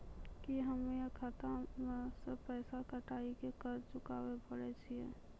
की हम्मय खाता से पैसा कटाई के कर्ज चुकाबै पारे छियै?